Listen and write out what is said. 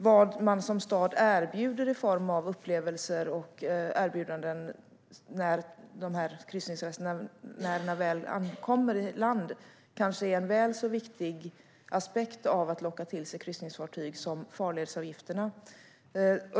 Vad man som stad erbjuder i form av upplevelser och erbjudanden när kryssningsresenärerna väl stiger i land är nog en väl så viktig aspekt av att locka till sig kryssningsfartyg som farledsavgifterna.